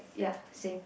ya same